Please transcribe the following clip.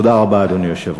תודה רבה, אדוני היושב-ראש.